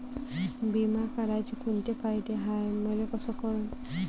बिमा काढाचे कोंते फायदे हाय मले कस कळन?